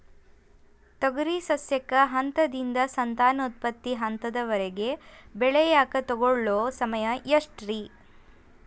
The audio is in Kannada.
ತೊಗರಿ ಸಸ್ಯಕ ಹಂತದಿಂದ, ಸಂತಾನೋತ್ಪತ್ತಿ ಹಂತದವರೆಗ ಬೆಳೆಯಾಕ ತಗೊಳ್ಳೋ ಸಮಯ ಎಷ್ಟರೇ?